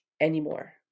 anymore